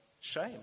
shame